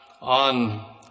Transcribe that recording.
on